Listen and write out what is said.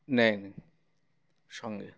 নেই নি সঙ্গে